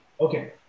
Okay